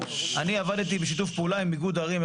אני עבדתי בשיתוף פעולה עם איגוד ערים,